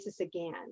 again